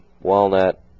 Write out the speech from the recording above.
walnut